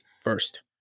First